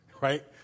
right